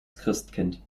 christkind